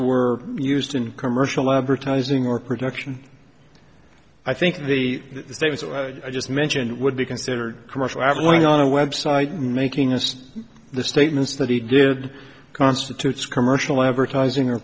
were used in commercial advertising or production i think the i just mentioned would be considered commercial ad warning on a website making as the statements that he did constitutes commercial advertising or